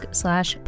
slash